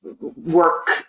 work